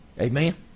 Amen